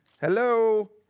Hello